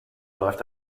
läuft